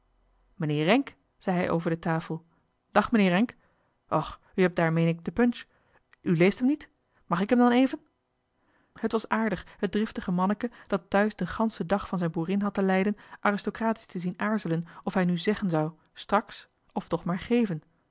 renck zei hij over de tafel dag meneer renck och u hebt daar meen ik de punch u leest hem niet mag ik hem dan even het was aardig het driftige manneke dat thuis den ganschen dag van zijn boerin had te lijden aristocratisch te zien aarzelen of hij zèggen zou straks of toch maar